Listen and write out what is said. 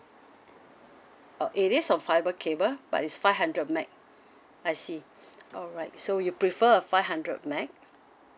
uh it is on fibre cable but it's five hundred M_B_P_S I see alright so you prefer a five hundred M_B_P_S